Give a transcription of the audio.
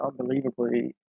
unbelievably